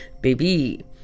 Baby